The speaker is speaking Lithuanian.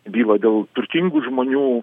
bylą dėl turtingų žmonių